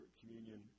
communion